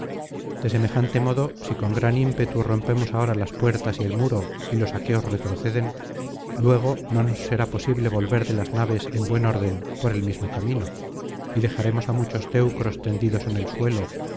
de semejante modo si con gran ímpetu rompemos ahora las puertas y el muro y los aqueos retroceden luego no nos será posible volver de las naves en buen orden por el mismo camino y dejaremos á muchos teucros tendidos en el suelo